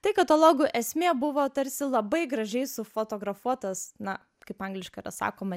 tai katalogų esmė buvo tarsi labai gražiai sufotografuotas na kaip angliškai yra sakoma